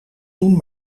doen